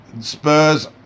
Spurs